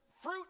fruit